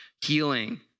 healing